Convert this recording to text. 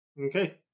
Okay